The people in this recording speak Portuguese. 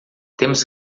temos